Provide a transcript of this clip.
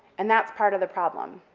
and that's part of the problem.